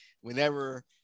whenever